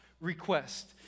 request